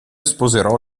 sposerò